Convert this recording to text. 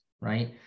right